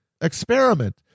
experiment